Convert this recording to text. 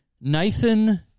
Nathan